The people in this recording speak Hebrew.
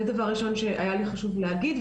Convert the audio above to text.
זה דבר ראשון שהיה לי חשוב להגיד.